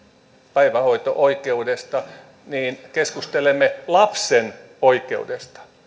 päivähoito oikeudesta keskustelemme lapsen oikeudesta